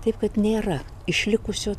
taip kad nėra išlikusių